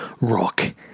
rock